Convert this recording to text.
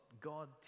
God